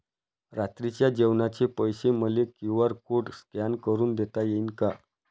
रात्रीच्या जेवणाचे पैसे मले क्यू.आर कोड स्कॅन करून देता येईन का?